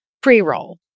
pre-roll